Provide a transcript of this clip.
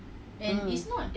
mm